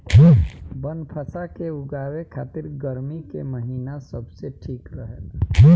बनफशा के उगावे खातिर गर्मी के महिना सबसे ठीक रहेला